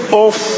off